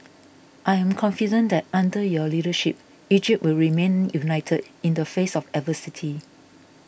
I am confident that under your leadership Egypt will remain united in the face of adversity